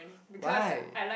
why